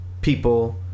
people